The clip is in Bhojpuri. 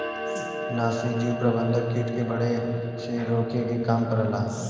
नाशीजीव प्रबंधन कीट के बढ़े से रोके के काम करला